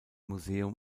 museum